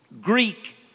Greek